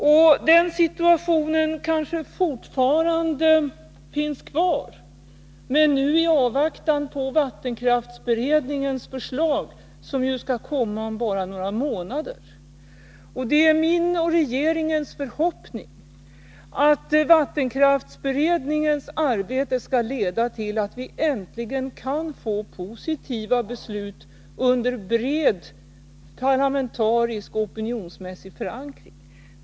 Och situationen kanske fortfarande är sådan, men nu i avvaktan på vattenkraftsberedningens förslag, som ju skall komma om bara några månader. Det är min och regeringens förhoppning att vattenkraftsberedningens arbete skall leda till att vi äntligen kan få positiva beslut med bred parlamentarisk och opinionsmässig förankring.